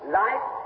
life